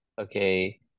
okay